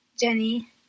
Jenny